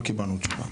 לא קיבלנו תשובה.